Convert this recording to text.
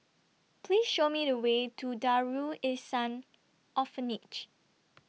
Please Show Me The Way to Darul Ihsan Orphanage